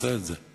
תנסה את זה.